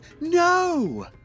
no